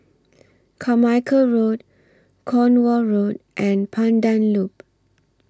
Carmichael Road Cornwall Road and Pandan Loop